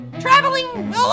traveling